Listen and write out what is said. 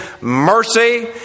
mercy